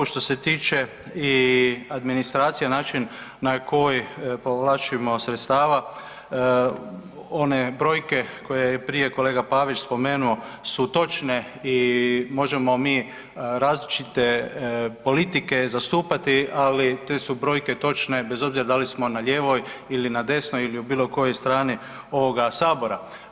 Što se tiče administracije i način na koji povlačimo sredstva, one brojke koje je prije kolega Pavić spomenuo su točne i možemo mi različite politike zastupati, ali te su brojke točne bez obzira da li smo na lijevoj ili na desnoj ili bilo kojoj strani ovoga Sabora.